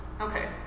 Okay